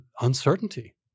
uncertainty